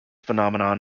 phenomenon